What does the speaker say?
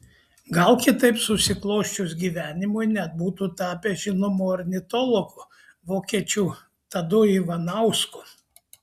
gal kitaip susiklosčius gyvenimui net būtų tapęs žinomu ornitologu vokiečių tadu ivanausku